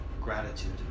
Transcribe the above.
Gratitude